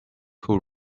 who